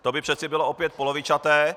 To by přece bylo opět polovičaté.